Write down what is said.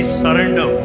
surrender